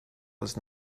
was